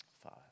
Five